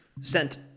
sent